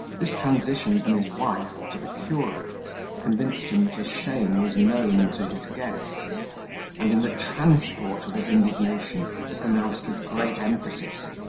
this transition from his wife to the curate convinced him that his shame was known to his guests and, in the transport of his indignation, he pronounced with great emphasis,